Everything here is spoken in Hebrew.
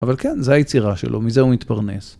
אבל כן, זה היצירה שלו, מזה הוא מתפרנס.